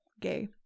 gay